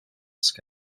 sky